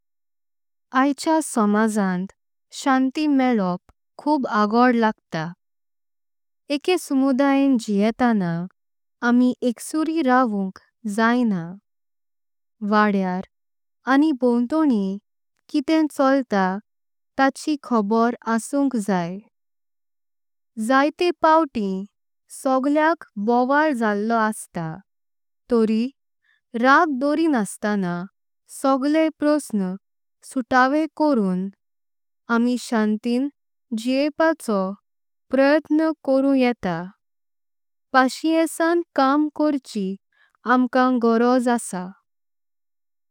आयच्या समाजांत शांती मेळओप खूब अवघड लागतं। एका समुदाईं जिएटाना आमी एकसूरीं रावुंक जाएना। वडेर आनी भावतांनी किते चलता ताची खबर आसुंक। जाय जायतें पावतीं सगळेआक बुवळ झालो असता। तोरी राग दोरीनास्तानां सगळे प्रश्न सुटावें। करून आमी शांतीं जीवपाचो प्रयत्न करू येता। पाषीेसांन काम करचें आमकां गोरज आसा।